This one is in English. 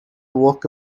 walk